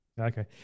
Okay